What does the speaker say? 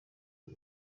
n’u